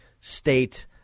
state